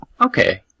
Okay